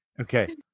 Okay